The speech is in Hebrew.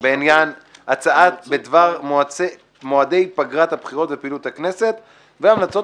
בעניין הצעה בדבר מועדי פגרת הבחירות ופעילות הכנסת והמלצות